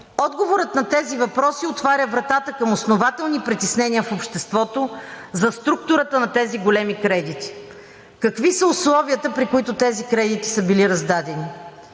Отговорът на тези въпроси отваря вратата към основателни притеснения в обществото за структурата на тези големи кредити. Какви са условията, при които тези кредити са били раздадени?